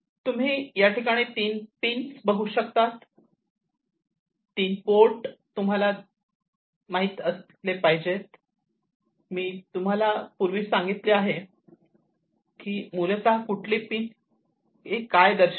तुम्ही इथे 3 पिन बघू शकता 3 पिन 3 पोर्ट तर तुम्हाला हे माहिती असले पाहिजे जे मी तुम्हाला पूर्वी सांगितले आहे हे मूलतः कुठली पिन ही कशाला दर्शविते